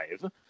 five